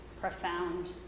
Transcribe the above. profound